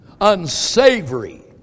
unsavory